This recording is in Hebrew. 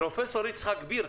פרופ' יצחק בירק,